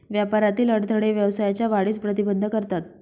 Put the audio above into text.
व्यापारातील अडथळे व्यवसायाच्या वाढीस प्रतिबंध करतात